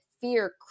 fear